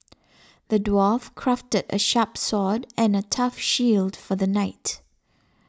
the dwarf crafted a sharp sword and a tough shield for the knight